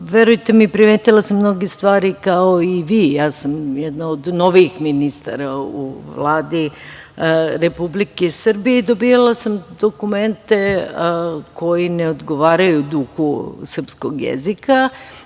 Verujte mi, primetila sam mnoge stvari kao i vi, ja sam jedna od novijih ministara u Vladi Republike Srbije i dobijala sam dokumente koji ne odgovaraju duhu srpskog jezika,